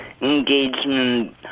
engagement